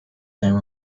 time